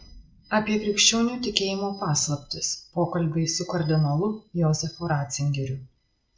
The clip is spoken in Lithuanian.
apie krikščionių tikėjimo paslaptis pokalbiai su kardinolu jozefu racingeriu